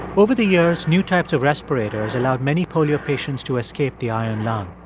over the years, new types of respirators allowed many polio patients to escape the iron lung.